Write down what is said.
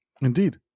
Indeed